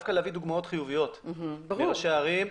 דווקא להביא דוגמאות חיוביות מראשי ערים.